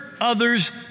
others